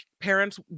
parents